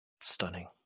stunning